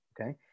okay